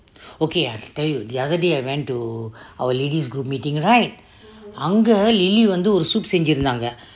okay I tell you the other day I went to our ladies group meeting right அங்கே:ange lily வந்து ஒரு:vanthu oru soup uh செஞ்சிருந்தாங்க:cenciruntanka